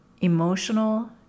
Emotional